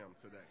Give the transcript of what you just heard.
today